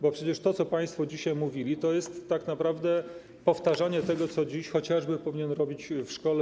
Bo przecież to, co państwo dzisiaj mówili, to jest tak naprawdę powtarzanie chociażby tego, co dziś nauczyciel powinien robić w szkole.